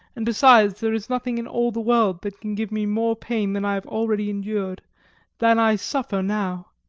and besides there is nothing in all the world that can give me more pain than i have already endured than i suffer now!